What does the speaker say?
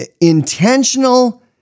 intentional